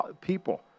people